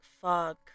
fog